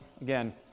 again